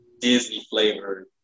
Disney-flavored